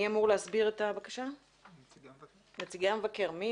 חנה רותם, בבקשה.